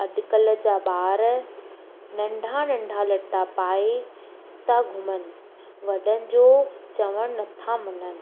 अॼुकल्ह जा ॿार नंढा नंढा लटा पाए था घुमनि वॾनि जो चवण नथा मञनि